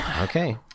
Okay